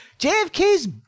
JFK's